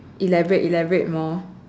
elaborate elaborate more